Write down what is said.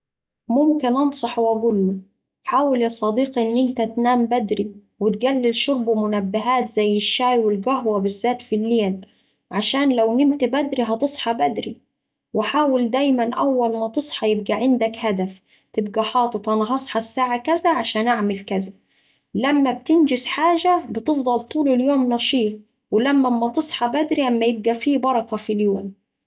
ممكن أنصحه وأقوله: حاول يا صديقي إن أنت تنام بدري وتقلل شرب منبهات زي الشاي والقهوة بالذات في الليل عشان لو نمت بدري هتصحا بدري، وحاول ديما أول ما تصحا يبقا عندك هدف تبقا حاطط أنا هصحا الساعة كذاعشان أعمل كذا. لما بتنجز حاجة بتفضل طول اليوم نشيط ولما أما تصحا بدري أما يبقا فيه بركة في اليوم